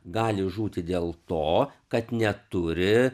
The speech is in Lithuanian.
gali žūti dėl to kad neturi